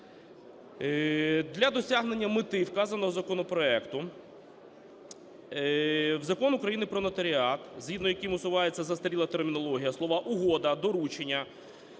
Для досягнення мети вказаного законопроекту в Закон України "Про нотаріат", згідно з яким усувається застаріла термінологія, слова: угода, доручення,